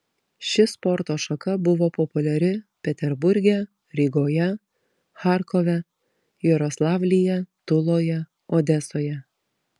ši sporto šaka buvo populiari peterburge rygoje charkove jaroslavlyje tuloje odesoje